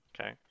Okay